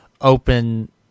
open